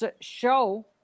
show